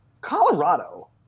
Colorado